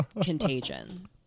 contagion